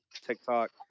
TikTok